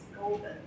golden